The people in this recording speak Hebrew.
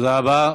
תודה רבה.